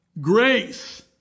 Grace